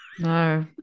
No